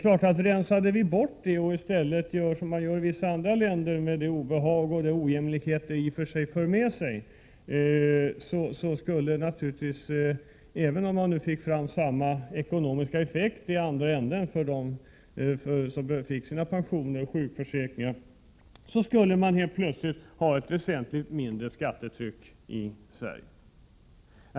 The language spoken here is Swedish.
Om vi rensade bort arbetsgivaravgifterna och gjorde som man gör i vissa andra länder — med det obehag och den ojämlikhet det skulle föra med sig, 24 även om det fick samma ekonomiska effekt i andra änden: att folk fick sina pensioner och sjukförsäkringar — skulle vi helt plötsligt ha ett väsentligt lägre skattetryck i Sverige.